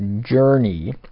journey